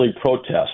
protest